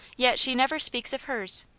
yet she never speaks of hers?